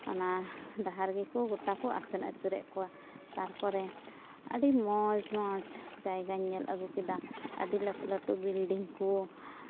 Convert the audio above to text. ᱚᱱᱟ ᱰᱟᱦᱟᱨ ᱜᱮᱠᱚ ᱜᱳᱴᱟ ᱠᱚ ᱟᱥᱮᱱ ᱟᱹᱪᱩᱨᱮᱜ ᱠᱚᱣᱟ ᱛᱟᱨᱯᱚᱨᱮ ᱟᱹᱰᱤ ᱢᱚᱡᱽ ᱢᱚᱡᱽ ᱡᱟᱭᱜᱟᱧ ᱧᱮᱞ ᱟᱹᱜᱩ ᱠᱮᱫᱟ ᱟᱹᱰᱤ ᱞᱟᱹᱴᱩ ᱞᱟᱹᱴᱩ ᱵᱤᱞᱰᱤᱝ ᱠᱩ